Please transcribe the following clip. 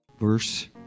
Verse